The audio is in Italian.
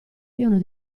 uno